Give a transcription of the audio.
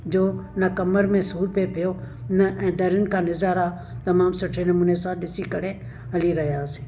जो न कमर में सूरु पए पियो न ऐं दरीनि खां नज़ारा तमामु सुठे नमूने असां ॾिसी करे हली रहियासीं